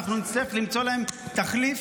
ואנחנו נצטרך למצוא להם תחליף,